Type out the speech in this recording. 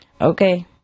okay